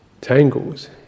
tangles